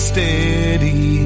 Steady